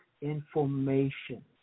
information